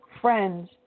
friends